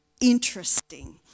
interesting